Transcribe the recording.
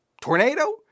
Tornado